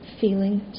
feeling